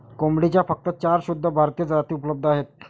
कोंबडीच्या फक्त चार शुद्ध भारतीय जाती उपलब्ध आहेत